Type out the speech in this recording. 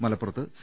മലപ്പുറത്ത് സി